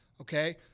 Okay